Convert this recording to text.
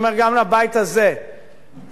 כיוון שהיינו בתקופות שבהן אנשים,